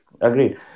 Agreed